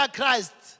Christ